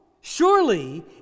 Surely